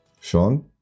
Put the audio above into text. Sean